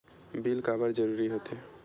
Bill काबर जरूरी होथे?